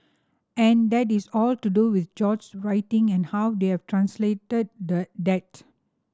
and that is all to do with George's writing and how they have translated that